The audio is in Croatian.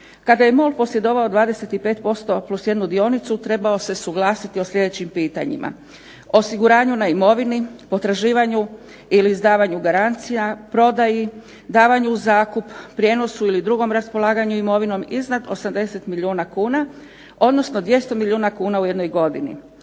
Kada je MOL posjedovao 255 + jednu dionica trebao se suglasiti o sljedećim pitanjima. Osiguranju na imovini, potraživanju ili izdavanju garancija, prodaji, davanju u zakup, prijenosu ili drugom raspolaganju imovinom iznad 80 milijuna kuna, odnosno 200 milijuna kuna u jednoj godini,